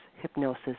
hypnosis